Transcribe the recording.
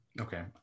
Okay